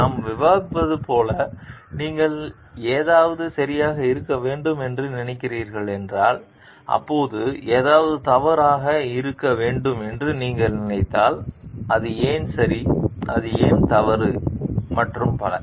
நாம் விவாதிப்பது போல நீங்கள் ஏதாவது சரியாக இருக்க வேண்டும் என்று நினைக்கிறீர்கள் என்றால் அப்போது ஏதாவது தவறு இருக்க வேண்டும் என்று நீங்கள் நினைத்தால் அது ஏன் சரி அது ஏன் தவறு மற்றும் பல